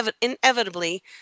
inevitably